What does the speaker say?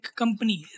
company